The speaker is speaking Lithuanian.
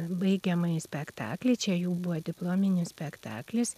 baigiamąjį spektaklį čia jų buvo diplominis spektaklis